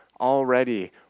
already